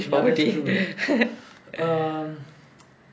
ya that's true um